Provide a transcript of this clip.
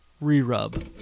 re-rub